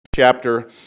Chapter